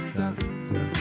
doctor